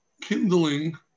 kindling